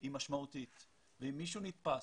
היא משמעותית ואם מישהו נתפס,